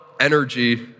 Energy